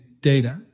data